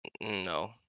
No